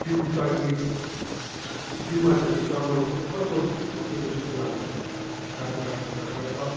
जिउ चाहिँ अहिले जिउमा त त्यो चर्म रोगको अर्को थपिएको जस्तो लाग्दैछ रातो रातो ढाबरा छ